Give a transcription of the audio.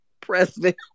president